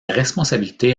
responsabilité